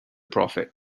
prophet